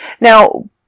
now